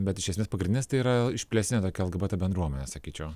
bet iš esmės pagrindinis tai yra išplėstinė tokia lgbt bendruomenė sakyčiau